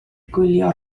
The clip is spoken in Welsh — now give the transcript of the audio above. gwylio